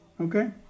Okay